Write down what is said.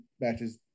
matches